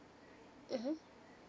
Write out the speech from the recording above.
mmhmm